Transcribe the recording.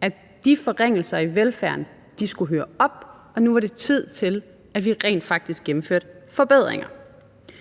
at de forringelser i velfærden skulle høre op, og at det nu var tid til, at vi rent faktisk gennemførte forbedringer.